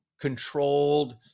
controlled